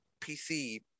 PC